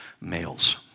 males